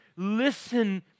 Listen